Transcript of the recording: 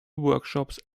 workshops